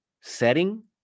setting